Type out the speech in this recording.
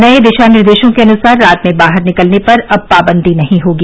नए दिशा निर्देशों के अनुसार रात में बाहर निकलने पर अब पाबन्दी नहीं होगी